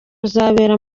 uzabera